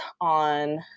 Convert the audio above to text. on